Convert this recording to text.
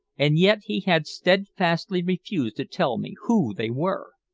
and yet he had steadfastly refused to tell me who they were!